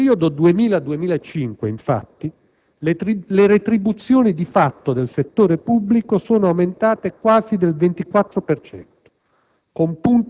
Nel periodo 2000-2005, infatti, le retribuzioni di fatto del settore pubblico sono aumentate quasi del 24